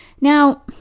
Now